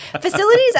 Facilities